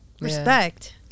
Respect